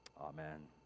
Amen